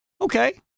okay